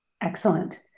Excellent